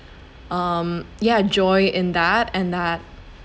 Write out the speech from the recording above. um ya joy in that and that